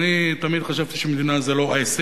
אני תמיד חשבתי שמדינה זה לא עסק,